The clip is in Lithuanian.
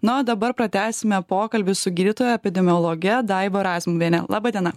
na o dabar pratęsime pokalbį su gydytoja epidemiologe daiva razmuviene laba diena